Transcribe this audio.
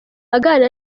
aganira